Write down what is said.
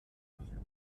verfügt